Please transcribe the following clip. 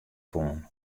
fûnen